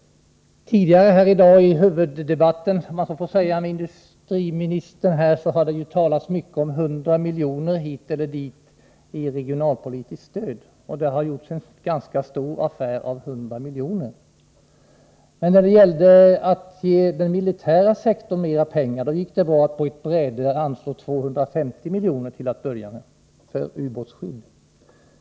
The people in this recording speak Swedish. Tidigare i dag i huvuddebatten — om man så får säga — med industriministern talades det mycket om 100 miljoner hit eller dit i regionalpolitiskt stöd. Det gjordes en ganska stor affär av 100 miljoner. När det gällde att ge den militära sektorn mer pengar gick det emellertid bra att på ett bräde, till att börja med, anslå 250 miljoner för ubåtsskydd.